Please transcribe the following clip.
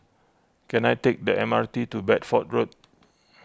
can I take the M R T to Bedford Road